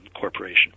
corporation